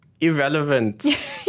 irrelevant